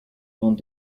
vente